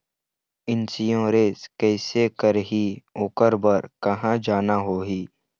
Insurance कैसे करही, ओकर बर कहा जाना होही?